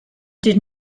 did